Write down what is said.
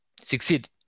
succeed